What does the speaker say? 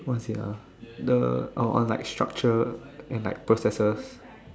what is it ah the oh on like structure and like processes